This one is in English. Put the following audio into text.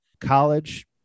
college